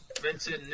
Vincent